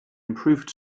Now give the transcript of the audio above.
improved